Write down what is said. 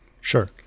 Sure